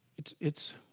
it's it's